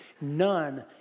None